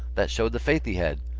that showed the faith he had.